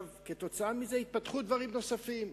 כתוצאה מזה התפתחו דברים נוספים.